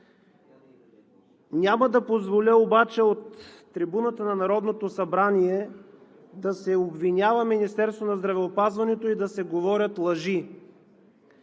Няма да позволя обаче от трибуната на Народното събрание да се обвинява Министерството на здравеопазването и да се говорят лъжи.